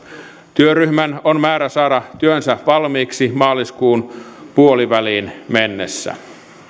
työryhmän on määrä saada työnsä valmiiksi maaliskuun puoliväliin mennessä